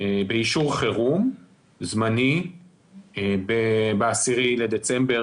באישור חירום זמני ב-10 בדצמבר